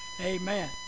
Amen